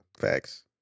Facts